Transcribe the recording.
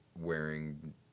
wearing